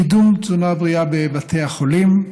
קידום תזונה בריאה בבתי החולים,